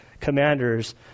commanders